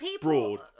broad